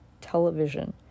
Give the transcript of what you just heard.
television